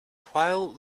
while